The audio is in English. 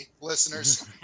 listeners